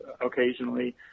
Occasionally